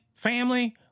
Family